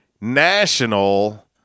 National